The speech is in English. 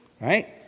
Right